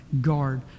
guard